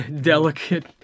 Delicate